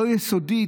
לא יסודית,